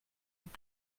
vous